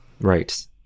Right